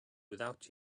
without